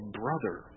brother